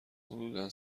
حدودا